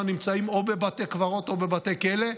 ללא יוצא מן הכלל נמצאים או בבתי קברות או בבתי כלא,